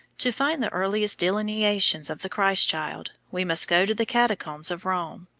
to find the earliest delineations of the christ-child we must go to the catacombs of rome,